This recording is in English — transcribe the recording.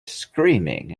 screaming